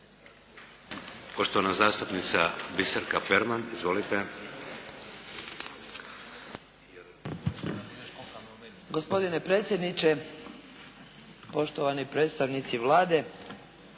Poštovana zastupnica Biserka Perman. Izvolite!